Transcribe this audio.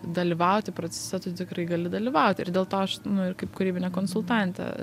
dalyvauti procese tai tikrai gali dalyvauti ir dėl to aš nu ir kaip kūrybinė konsultantė